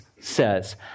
says